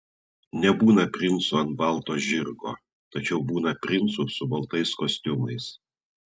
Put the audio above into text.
nebūna princų ant balto žirgo tačiau būna princų su baltais kostiumais